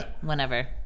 whenever